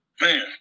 Man